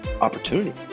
opportunity